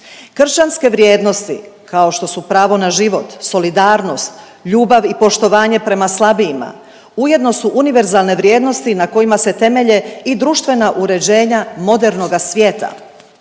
Kršćanske vrijednosti kao što su pravo na život, solidarnost, ljubav i poštovanje prema slabijima ujedno su univerzalne vrijednosti na kojima se temelje i društvena uređenja modernoga svijeta.